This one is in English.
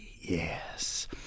yes